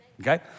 okay